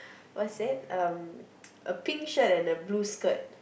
what's that um a pink shirt and a blue skirt